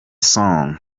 song